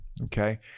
Okay